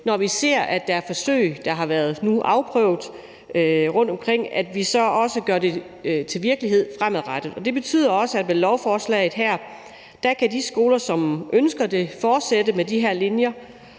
når vi ser, at der er forsøg, der nu har været afprøvet rundtomkring, at vi så også gør det til virkelighed fremadrettet. Det betyder også, at med lovforslaget her kan de skoler, som ønsker det, fortsætte med de her linjer,